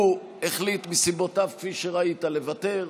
הוא החליט מסיבותיו, כפי שראית, לוותר.